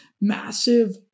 massive